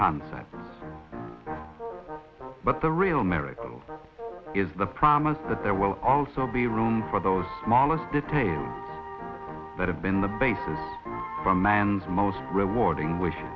concepts but the real miracle is the promise that there will also be room for those smallest details that have been the basis for man's most rewarding